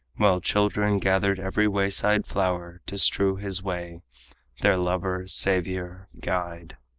while children gathered every wayside flower to strew his way their lover, savior, guide.